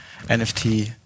NFT